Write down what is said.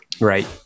Right